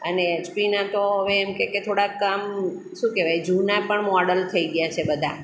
અને એચપીનાં તો હવે એમ કહે કે થોડાક આમ શું કહેવાય જૂનાં પણ મોડલ થઈ ગયાં છે બધા